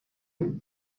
nayo